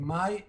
ממאי למאי,